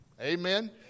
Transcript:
Amen